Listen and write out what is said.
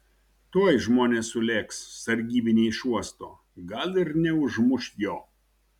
tuoj žmonės sulėks sargybiniai iš uosto gal ir neužmuš jo